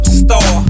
star